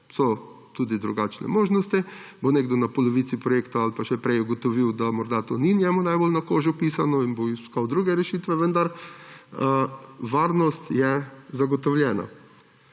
so tudi drugačne možnosti, bo nekdo na polovici projekta ali pa še prej ugotovil, da morda to ni njemu najbolj na kožo pisano in bo iskal druge rešitve, vendar varnost je zagotovljena.